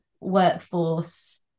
workforce